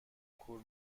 کور